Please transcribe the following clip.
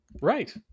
Right